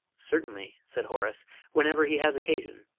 certainly, said horace whenever he has occasion.